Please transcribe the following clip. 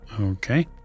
Okay